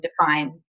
define